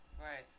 Right